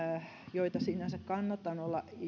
joita sinänsä kannatan olla